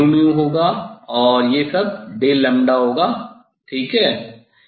यह सब d होगा और यह d होगा ठीक है